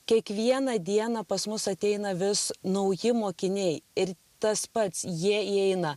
kiekvieną dieną pas mus ateina vis nauji mokiniai ir tas pats jie įeina